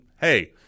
hey